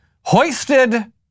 hoisted